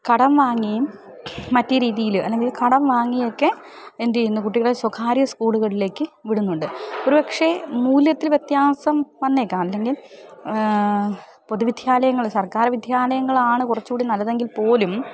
കടം വാങ്ങിയും മറ്റു രീതിയിൽ അല്ലെങ്കിൽ കടം വാങ്ങിയൊക്കെ എന്തു ചെയ്യുന്നു കുട്ടികളെ സ്വകാര്യ സ്കൂളുകളിലേക്ക് വിടുന്നുണ്ട് ഒരുപക്ഷെ മൂല്യത്തിൽ വ്യത്യാസം വന്നേക്കാം അല്ലെങ്കിൽ പൊതുവിദ്യാലയങ്ങൾ സർക്കാർ വിദ്യാലയങ്ങളാണ് കുറച്ചുകൂടി നല്ലതെങ്കിൽ പോലും